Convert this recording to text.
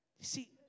see